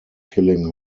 killing